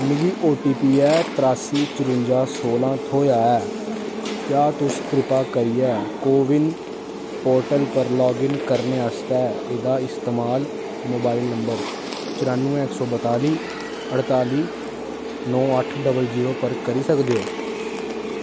मिगी O T P ऐ तरासी चरूंजा सोलां थ्होएआ ऐ क्या तुस कृपा करियै कोविन पोर्टल पर लाग इन करने आस्तै एह्दा इस्तमाल मोबाइल नंबर चरानुयै इक सौ बताली अठताली नौ अट्ठ डबल जीरो पर करी सकदे ओ